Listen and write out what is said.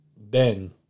Ben